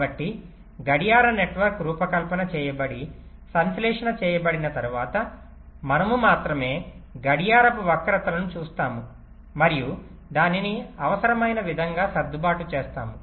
కాబట్టి గడియార నెట్వర్క్ రూపకల్పన చేయబడి సంశ్లేషణ చేయబడిన తర్వాత మనము మాత్రమే గడియారపు వక్రతలను చూస్తాము మరియు దానిని అవసరమైన విధంగా సర్దుబాటు చేస్తాము